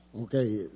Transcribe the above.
okay